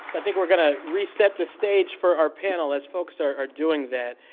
i think we're going to reset the stage for our panelists. folks are are doing that.